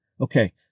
Okay